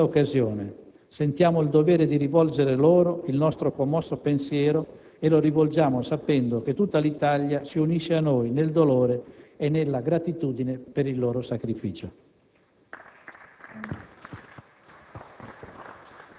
Anche in quest'occasione, sentiamo il dovere di rivolgere loro il nostro commosso pensiero e lo rivolgiamo sapendo che tutta l'Italia si unisce a noi nel dolore e nella gratitudine per il loro sacrificio.